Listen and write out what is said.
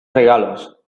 regalos